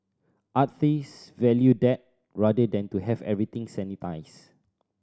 artist value that rather than to have everything sanitised